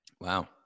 Wow